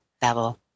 Bevel